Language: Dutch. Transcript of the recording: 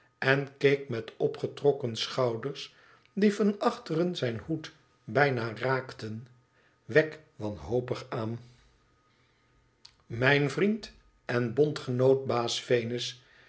en keek met opgetrokken schouders die van achteren zijn hoed bijna raakten wegg wanhopig aan mijn vriend en bondgenoot baas venus